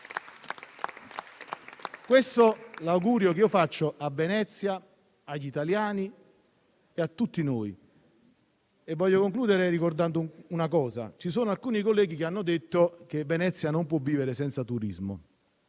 Questo è l'augurio che faccio a Venezia, agli italiani e a tutti noi. Voglio concludere ricordando una cosa: ci sono alcuni colleghi che hanno detto che Venezia non può vivere senza turismo.